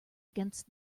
against